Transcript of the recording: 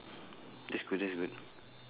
that's good that's good